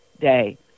day